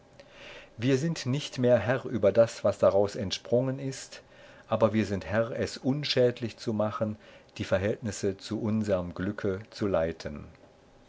wir sind nicht mehr herr über das was daraus entsprungen ist aber wir sind herr es unschädlich zu machen die verhältnisse zu unserm glücke zu leiten